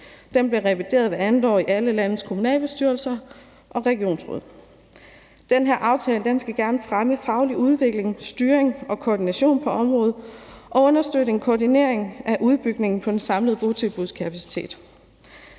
Den bliver revideret hvert andet år i alle landets kommunalbestyrelser og regionsråd. Den har aftale skal gerne fremme faglig udvikling, styring og koordination på området og understøtte en koordinering af udbygningen af den samlede botilbudskapacitet.